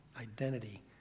identity